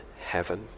heaven